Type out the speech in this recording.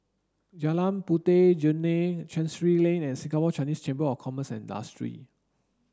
Jalan Puteh Jerneh Chancery Lane and Singapore Chinese Chamber of Commerce and Industry